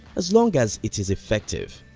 as long as it is effective.